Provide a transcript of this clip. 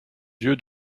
dieu